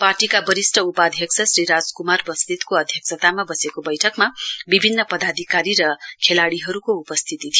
पार्टीका वरिष्ट उपाध्यक्ष श्री राज क्मार बस्नेतको अध्यक्षतामा बसेको बैठकमा विभिन्न पदाधिकारी र खेलाडीहरूको उपस्थिति थियो